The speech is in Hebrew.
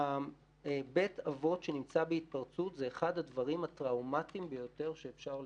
בית אבות שנמצא בהתפרצות זה אחד הדברים הטראומטיים ביותר שאפשר לראות.